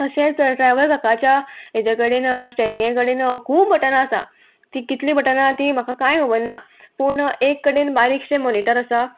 तशेंच ड्रायवर काकाच्या हेजे कडेन स्टेरींगे कडेन खूब बटनां आसा तीं कितलीं बटना तीं म्हाका कांय खबर ना पूण एक कडेन बारीकशें मॉनीटर आसा